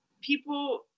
people